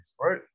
right